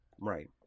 right